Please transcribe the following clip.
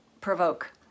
provoke